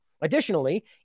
Additionally